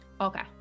okay